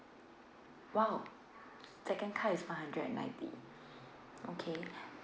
!wow! second car is five hundred and ninety okay